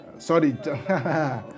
Sorry